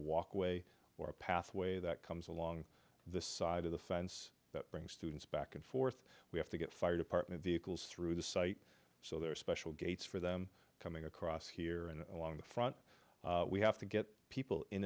walkway or a pathway that comes along the side of the fence that bring students back and forth we have to get fire department vehicles through the site so there are special gates for them coming across here and along the front we have to get people in